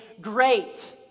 great